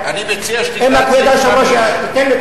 אני מציע שתקרא את סעיף 5. אם כבוד היושב-ראש